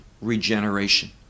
regeneration